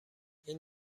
این